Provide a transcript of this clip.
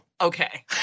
Okay